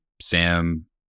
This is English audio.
Sam